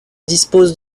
disposent